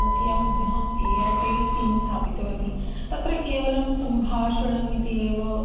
नोकियामध्ये अहम् Airtel SIM स्थापितवती तत्र केवलं सम्भाषणम् इति एव